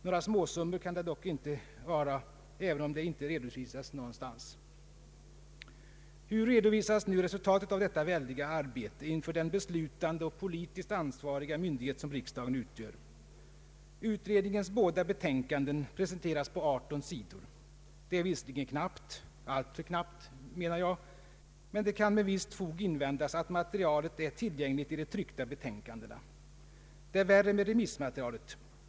Några småsummor kan det dock inte vara, även om det inte redovisas någonstans. Hur redovisas nu resultatet av detta väldiga arbete inför den beslutande och politiskt ansvariga myndighet som riksdagen utgör? Utredningens båda betänkanden presenteras på 18 sidor. Detta är visserligen knappt, alltför knappt menar jag; men det kan med visst fog invändas, att materialet är tillgängligt i de tryckta betänkandena. Det är värre med remissmaterialet.